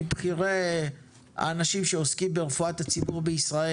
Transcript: מבכירי האנשים שעוסקים ברפואת הציבור בישראל,